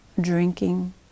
drinking